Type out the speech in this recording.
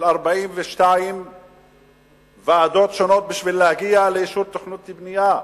42 ועדות שונות בשביל להגיע לאישור תכנון ובנייה,